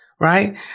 Right